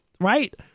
right